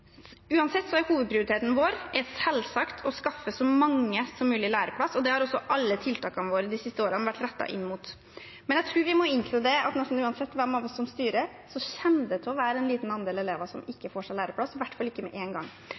er hovedprioriteten vår selvsagt å skaffe så mange som mulig læreplass, og det har også alle tiltakene våre de siste årene vært rettet inn mot. Men jeg tror vi må innse at nesten uansett hvem av oss som styrer, kommer det til å være en liten andel elever som ikke får seg læreplass, i hvert fall ikke med en gang.